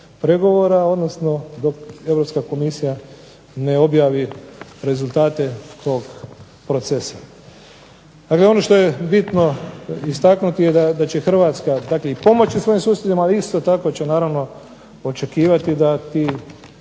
pregovora, odnosno dok Europska komisija ne objavi rezultate tog procesa. Dakle, ono što je bitno istaknuti je da će Hrvatska dati pomoć svojim susjedima, ali isto tako će naravno očekivati da ti